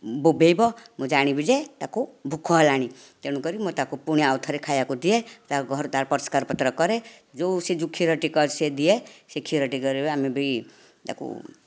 ବୋବେଇବ ମୁଁ ଜାଣିବି ଯେ ତାକୁ ଭୋକ ହେଲାଣି ତେଣୁ କରି ମୁଁ ତାକୁ ଫୁଣି ଆଉ ଥରେ ଖାଇବାକୁ ଦିଏ ଟା ଘରଦ୍ୱାର ତା ଘରଦ୍ୱାର ପରିଷ୍କାର ପତ୍ର କରେ ଯେଉଁ ସିଏ କ୍ଷୀର ଟିକେ ସେ ଦିଏ ସେଇ କ୍ଷୀର ଟିକେ ରେ ବି ଆମେ ତାକୁ